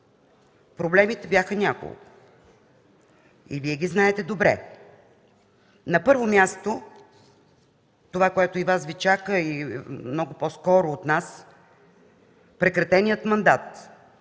Проблемите бяха няколко и Вие ги знаете добре. На първо място, това, което и Вас Ви чака, и много по-скоро от нас – прекратеният мандат.